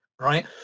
right